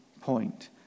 point